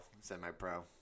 semi-pro